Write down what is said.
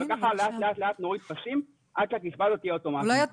וככה לאט לאט נוריד טפסים עד שהקצבה הזו תהיה אוטומטית.